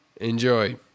Enjoy